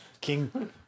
King